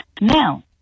Now